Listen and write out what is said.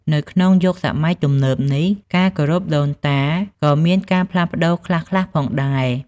នៅក្នុងយុគសម័យទំនើបនេះ ការគោរពដូនតាក៏មានការផ្លាស់ប្ដូរខ្លះៗផងដែរ។